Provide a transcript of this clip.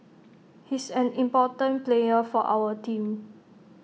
he's an important player for our team